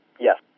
Yes